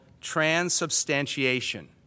transubstantiation